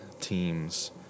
teams